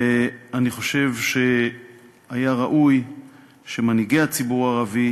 ואני חושב שהיה ראוי שמנהיגי הציבור הערבי